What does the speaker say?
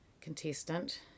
contestant